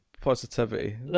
positivity